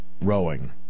rowing